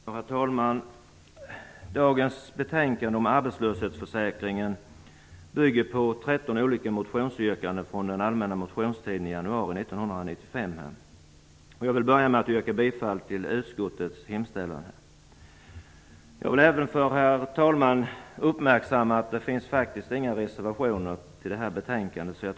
Herr talman! Dagens betänkande om arbetslöshetsförsäkringen bygger på 13 motionsyrkanden från den allmänna motionstiden i januari 1995. Jag vill börja med att yrka bifall till utskottets hemställan. Jag vill uppmärksamma herr talmannen på att det faktiskt inte finns några reservationer vid betänkandet.